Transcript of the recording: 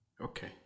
Okay